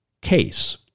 case